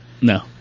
No